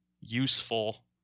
useful